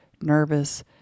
nervous